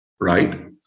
right